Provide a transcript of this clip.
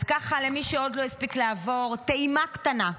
אז ככה, טעימה קטנה,